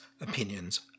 opinions